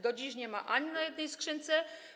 Do dziś nie ma na ani jednej skrzynce.